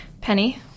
Penny